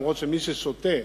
אף-על-פי שמי ששותה